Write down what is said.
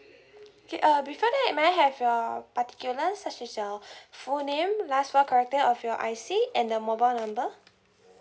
okay uh before that may I have your particulars such as your full name last four character of your I_C and the mobile number